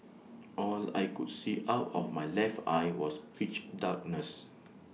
all I could see out of my left eye was pitch darkness